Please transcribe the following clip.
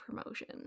promotion